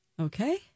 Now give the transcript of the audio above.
Okay